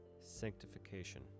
Sanctification